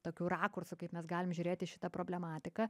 tokių rakursų kaip mes galim žiūrėti šitą problematiką